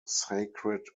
sacred